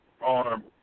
arm